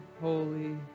holy